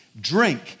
drink